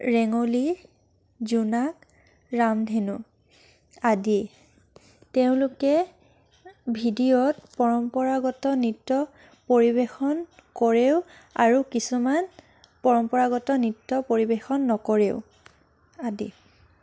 ৰেঙলী জোনাক ৰামধেনু আদি তেওঁলোকে ভিডিঅ'ত পৰম্পৰাগত নৃত্য় পৰিৱেশন কৰেও আৰু কিছুমান পৰম্পৰাগত নৃত্য় পৰিৱেশন নকৰেও আদি